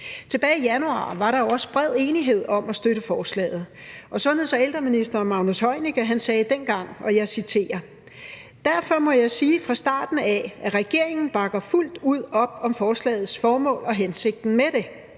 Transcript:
Tilbage i januar var der også bred enighed om at støtte forslaget, og sundheds- og ældreministeren sagde dengang, og jeg citerer: »Derfor må jeg sige fra starten af, at regeringen bakker fuldt ud op om forslagets formål og hensigten med det.«